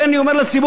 לכן אני אומר לציבור,